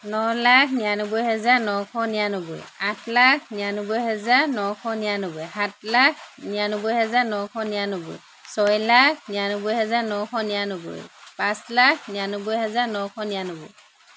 ন লাখ নিৰানব্বৈ হাজাৰ নশ নিৰানব্বৈ আঠ লাখ নিৰানব্বৈ হাজাৰ নশ নিৰানব্বৈ সাত লাখ নিৰানব্বৈ হাজাৰ নশ নিৰানব্বৈ ছয় লাখ নিৰানব্বৈ হাজাৰ নশ নিৰানব্বৈ পাঁচ লাখ নিৰানব্বৈ হাজাৰ নশ নিৰানব্বৈ